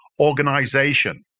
organization